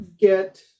get